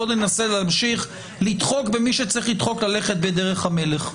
בואו ננסה להמשיך לדחוק במי שצריך לדחוק ללכת בדרך המלך.